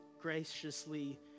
graciously